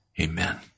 Amen